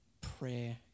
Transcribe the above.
prayer